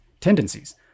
tendencies